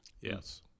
yes